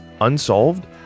Unsolved